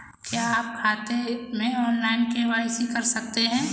क्या खाते में ऑनलाइन के.वाई.सी कर सकते हैं?